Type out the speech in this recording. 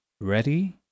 Ready